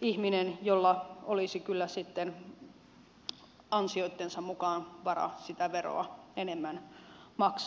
ihminen jolla olisi kyllä sitten ansioittensa mukaan varaa sitä veroa enemmän maksaa